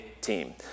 team